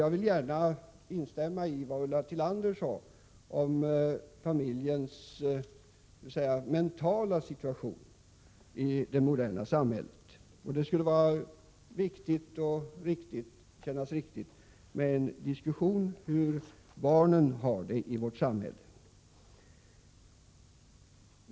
Jag vill instämma i det som Ulla Tillander sade om familjens mentala situation i det moderna samhället. Det känns viktigt att få till stånd en diskussion om hur barnen har det i vårt samhälle.